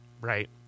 Right